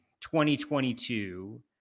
2022